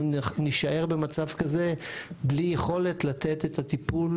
נישאר במצב כזה בלי יכולת לתת את הטיפול